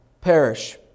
perish